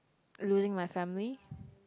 losing my family